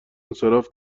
انصراف